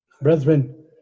Brethren